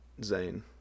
Zayn